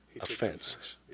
Offense